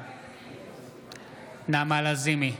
בעד נעמה לזימי,